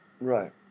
Right